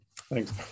Thanks